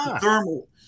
thermal